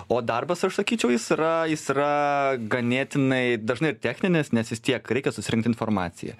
o darbas aš sakyčiau jis yra jis yra ganėtinai dažnai ir techninis nes vis tiek reikia susirinkt informaciją